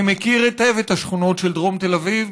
אני מכיר היטב את השכונות של דרום תל אביב,